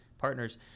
partners